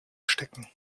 stecken